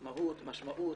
מהות, משמעות,